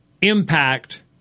impact